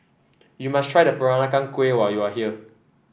you must try the Peranakan Kueh when you are here